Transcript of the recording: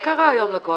מה הורדתה?